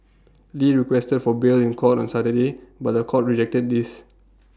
lee requested for bail in court on Saturday but The Court rejected this